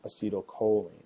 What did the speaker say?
acetylcholine